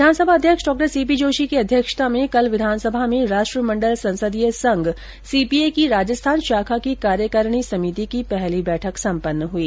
विधानसभा अध्यक्ष डॉ सीपीजोशी की अध्यक्षता में कल विधानसभा में राष्ट्रमण्डल संसदीय संघ सीपीए की राजस्थान शाखा की कार्यकारिणी समिति की पहली बैठक सम्पन्न हुई